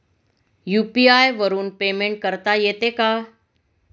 UPI वरून payment करता येते का?